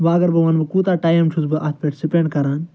وۄنۍ اگر بہٕ ونہٕ بہٕ کوٗتاہ ٹایِم چھُس بہٕ اتھ پٮ۪ٹھ سپیٚنڈ کران